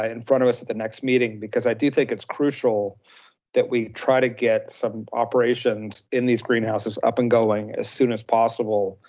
in front of us at the next meeting. because i do think it's crucial that we try to get some operations in these greenhouses, up and going as soon as possible.